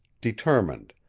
determined,